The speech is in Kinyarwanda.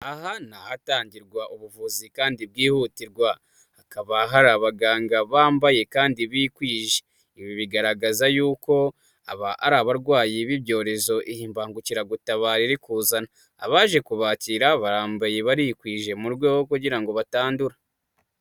Aha ni ahatangirwa ubuvuzi kandi bwihutirwa, hakaba hari abaganga bambaye kandi bikwije bigaragaza yuko aba ari abarwayi b'ibyorezo. Iyi mbangukiragutabara iri kuzana abaje kubakira, barambaye barikwije mu rwego kugira ngo batandura.